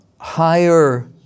higher